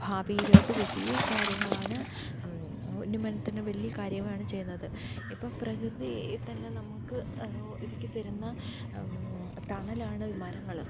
ഭാവിയിലോട്ട് വലിയ കാര്യങ്ങളാണ് ഉന്നമനത്തിന് വലിയ കാര്യമാണ് ചെയ്യുന്നത് ഇപ്പം പ്രകൃതി തന്നെ നമുക്ക് ഒരിക്കൽ തരുന്ന തണലാണ് മരങ്ങൾ